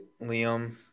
Liam